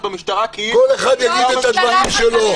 במשטרה כאילו --- כל אחד יגיד את הדברים שלו.